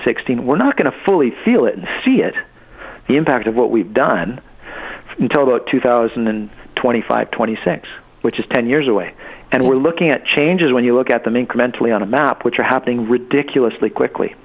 sixteen we're not going to fully feel it and see it the impact of what we've done until the two thousand and twenty five twenty six which is ten years away and we're looking at changes when you look at them incrementally on a map which are happening ridiculously quickly